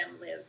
live